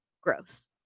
gross